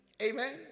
Amen